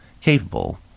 capable